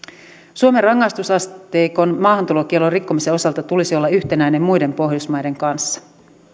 suomen rangaistusasteikon maahantulokiellon rikkomisen osalta tulisi olla yhtenäinen muiden pohjoismaiden kanssa